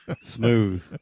Smooth